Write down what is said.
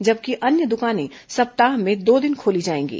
जबकि अन्य दुकानें सप्ताह में दो दिन खोली जाएंगी